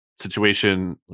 situation